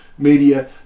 media